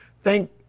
thank